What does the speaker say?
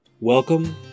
welcome